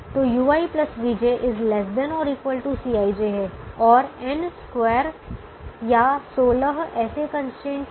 तो ui vj ≤ Cij है और n स्क्वायर वर्ग या सोलह ऐसे कंस्ट्रेंट हैं